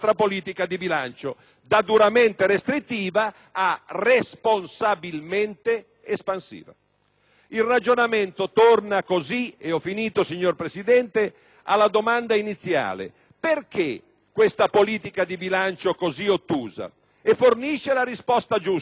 Il ragionamento torna così alla domanda iniziale: perché questa politica di bilancio così ottusa? E fornisce la risposta giusta, finalmente: voi non cambiate politica fiscale non perché non sapete che sarebbe necessario,